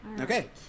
Okay